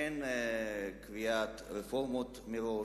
אין קביעת רפורמות מראש,